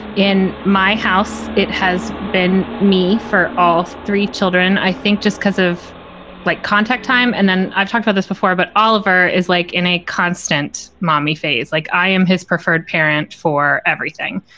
in my house it has been me for all three children i think just because of like contact time and then i've talked about this before. but oliver is like in a constant mommy phase, like i am his preferred parent for everything.